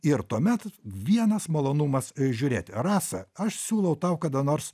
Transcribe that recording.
ir tuomet vienas malonumas žiūrėti rasą aš siūlau tau kada nors